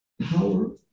power